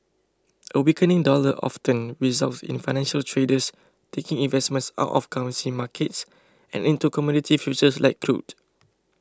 a weakening dollar often results in financial traders taking investments out of currency markets and into commodity futures like crude